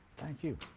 thank you.